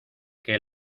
que